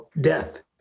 death